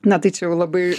na tai čia jau labai